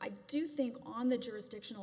i do think on the jurisdiction